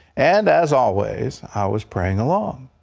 and, as always, i was praying along,